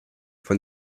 von